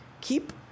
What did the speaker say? Keep